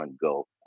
Go